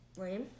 lame